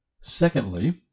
secondly